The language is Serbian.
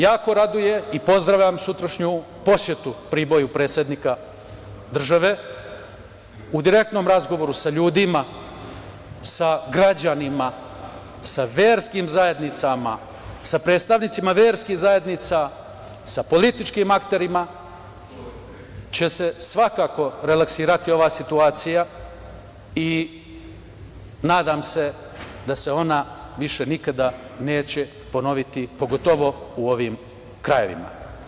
Jako raduje i pozdravljam sutrašnju posetu Priboju predsednika države, u direktnom razgovoru sa ljudima, sa građanima, sa verskim zajednicama, sa predstavnicima verskih zajednica, sa političkim akterima će se svakako relaksirati ova situacija i nadam se da se ona više nekada neće ponoviti pogotovo u ovim krajevima.